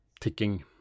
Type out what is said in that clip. ticking